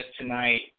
tonight